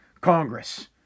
Congress